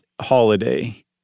holiday